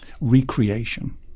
recreation